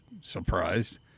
surprised